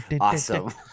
awesome